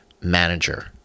manager